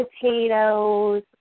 potatoes